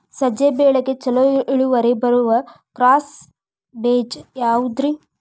ಸಜ್ಜೆ ಬೆಳೆಗೆ ಛಲೋ ಇಳುವರಿ ಬರುವ ಕ್ರಾಸ್ ಬೇಜ ಯಾವುದ್ರಿ?